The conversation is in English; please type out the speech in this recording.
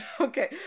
Okay